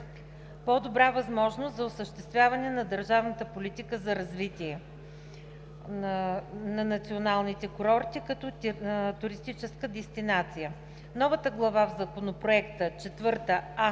по-добра възможност за осъществяване на държавната политика за развитие на националните курорти като туристическа дестинация. Новата глава в Законопроекта –